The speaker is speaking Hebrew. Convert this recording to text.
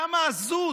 כמה עזות,